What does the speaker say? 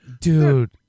Dude